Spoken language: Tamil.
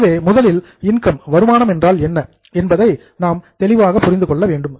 எனவே முதலில் இன்கம் வருமானம் என்றால் என்ன என்பதை நாம் தெளிவாக புரிந்து கொள்ள வேண்டும்